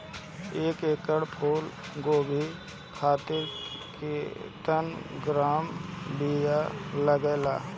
एक एकड़ फूल गोभी खातिर केतना ग्राम बीया लागेला?